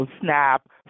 SNAP